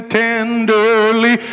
tenderly